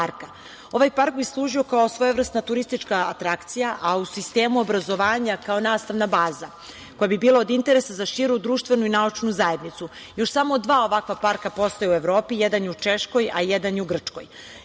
Ovaj park bi služio kao svojevrsna turistička atrakcija, a u sistemu obrazovanja kao nastavna baza, koja bi bila od interesa za širu društvenu i naučnu zajednicu. Još samo dva ovakva parka postoje u Evropi – jedan u Češkoj a drugi u Grčkoj.